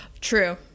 True